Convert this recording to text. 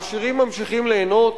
העשירים ממשיכים ליהנות,